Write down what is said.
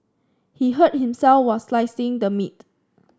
he hurt himself while slicing the meat